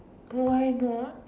why not